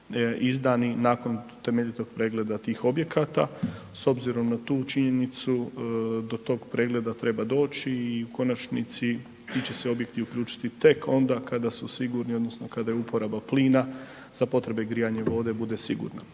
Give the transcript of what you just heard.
izdani nakon temeljitog pregleda tih objekata. S obzirom na tu činjenicu, do tog pregleda treba doći i u konačnici ti će se objekti uključiti tek onda kada su sigurni odnosno kada je uporaba plina za potrebe grijanje vode bude sigurna.